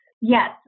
Yes